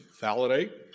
validate